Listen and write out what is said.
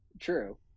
True